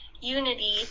unity